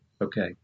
Okay